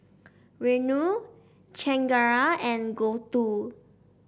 Renu Chengara and Gouthu